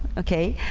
okay,